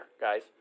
guys